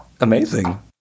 Amazing